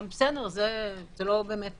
אבל זה לא באמת